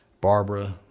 Barbara